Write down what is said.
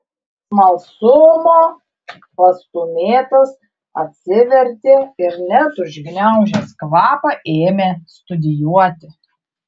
smalsumo pastūmėtas atsivertė ir net užgniaužęs kvapą ėmė studijuoti